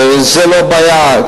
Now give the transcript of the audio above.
וזאת לא הבעיה,